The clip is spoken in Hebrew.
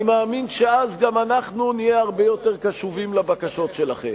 אני מאמין שאז גם אנחנו נהיה הרבה יותר קשובים לבקשות שלכם.